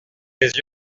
les